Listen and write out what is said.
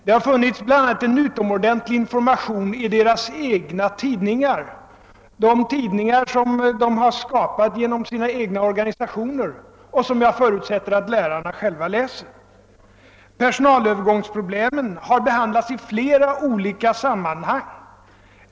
Det har funnits en utomordentlig information bl.a. i deras egna tidningar, de tidningar som de har skapat genom sina egna organisationer och som jag förutsätter att de själva läser. Personalövergångsproblemet har behandlats i flera olika sammanhang.